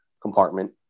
compartment